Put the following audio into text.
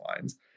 lines